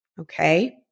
Okay